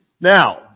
Now